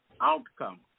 outcome